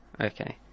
Okay